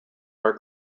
are